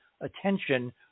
attention